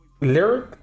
Lyric